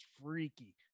freaky